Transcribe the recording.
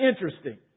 interesting